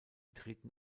treten